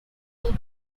lead